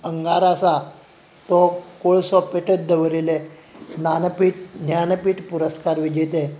अंगारो आसा तो कोळसो पेटयत दवरिल्लें नानपीट ज्ञानपीट पुरस्कार विजेते